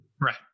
Right